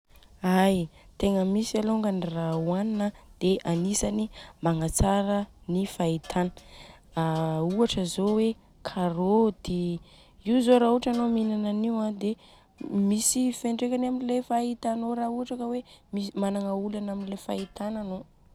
Ai. Tegna misy alôngany raha ohanina dia agnisany magnatsara ny fahitana, ohatra zô e karôty. Io zô raha ohatra anô minana anio dia misy fentrekany aminy fahitanô raha ohatra ka managna olana amin'ny fahitana anô.